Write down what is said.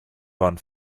waren